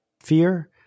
fear